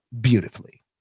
beautifully